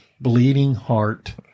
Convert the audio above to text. bleeding-heart